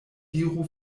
diru